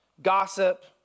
gossip